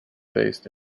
based